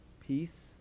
peace